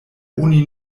oni